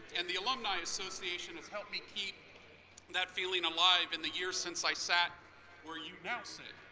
and the alumni association has helped me keep that feeling alive in the years since i sat where you now sit.